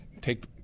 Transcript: Take